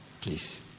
please